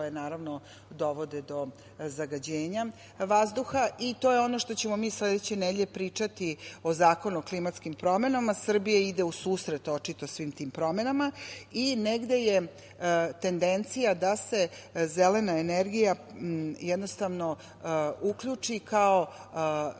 koja dovode do zagađenja vazduha i to je ono što ćemo mi sledeće nedelje pričati o Zakonu o klimatskim promenama. Srbija ide u susret očito svim tim promenama i negde je tendencija da se zelena energija uključi kao